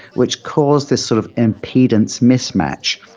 which caused this sort of impedance mismatch.